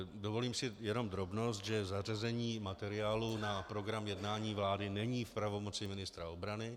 Dovolím si jenom drobnost, že zařazení materiálu na program jednání vlády není v pravomoci ministra obrany.